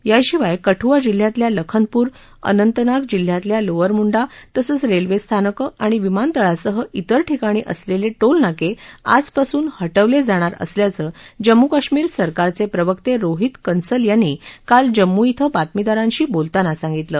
याशिवाय कठुआ जिल्ह्यातल्या लखनपूर अंतनाग जिल्ह्यातल्या लोअर मुंडा तसंच रेल्वे स्थानक आणि विमानतळासह तिर ठिकाणी असलेले टोलनाके आजपासून हटवले जाणार असल्याचं जम्मू काश्मीर सरकारचे प्रवक्ते रोहीत कन्सल यांनी काल जम्मू श्वि बातमीदारांशी बोलताना सांगितलं